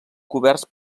coberts